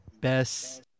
best